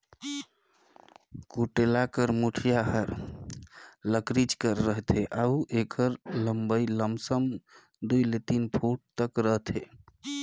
कुटेला कर मुठिया हर लकरिच कर रहथे अउ एकर लम्मई लमसम दुई ले तीन फुट तक रहथे